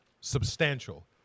substantial